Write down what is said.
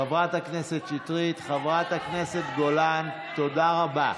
חברת הכנסת שטרית, חברת הכנסת גולן, תודה רבה.